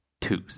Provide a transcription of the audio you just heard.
twos